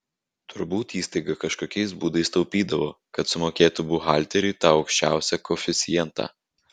turbūt įstaiga kažkokiais būdais taupydavo kad sumokėtų buhalteriui tą aukščiausią koeficientą